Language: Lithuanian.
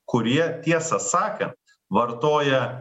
kurie tiesą sakant vartoja